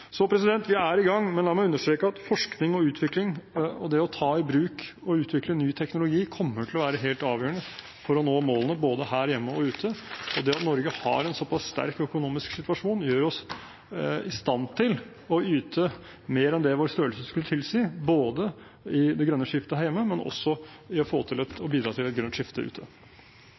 Så vi er i gang, men la meg understreke at forskning og utvikling og det å ta i bruk og utvikle ny teknologi kommer til å være helt avgjørende for å nå målene, både her hjemme og ute. Det at Norge har en såpass sterk økonomisk situasjon, gjør oss i stand til å yte mer enn det vår størrelse skulle tilsi – både i det grønne skiftet her hjemme og også for å bidra til et